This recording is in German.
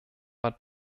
war